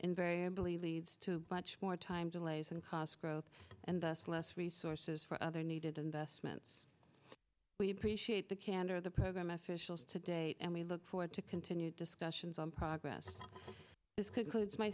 invariably leads to much more time delays and cost growth and thus less resources for other needed investments we appreciate the candor of the program officials today and we look forward to continued discussions